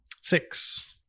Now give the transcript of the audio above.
Six